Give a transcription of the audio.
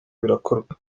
birakorwa